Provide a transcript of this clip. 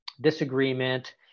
disagreement